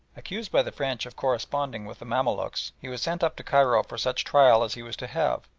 accused by the french of corresponding with the mamaluks, he was sent up to cairo for such trial as he was to have,